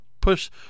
push